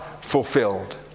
fulfilled